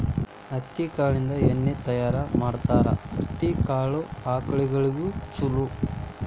ಹತ್ತಿ ಕಾಳಿಂದ ಎಣ್ಣಿ ತಯಾರ ಮಾಡ್ತಾರ ಹತ್ತಿ ಕಾಳ ಆಕಳಗೊಳಿಗೆ ಚುಲೊ